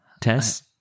Tess